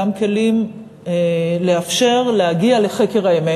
גם כלים לאפשר להגיע לחקר האמת,